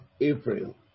April